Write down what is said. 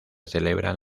celebran